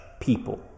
people